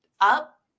up